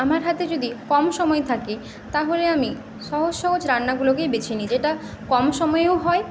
আমার হাতে যদি কম সময় থাকে তাহলে আমি সহজ সহজ রান্নাগুলোকেই বেছে নিই যেটা কম সময়েও হয়